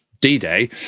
D-Day